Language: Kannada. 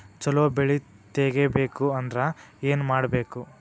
ಛಲೋ ಬೆಳಿ ತೆಗೇಬೇಕ ಅಂದ್ರ ಏನು ಮಾಡ್ಬೇಕ್?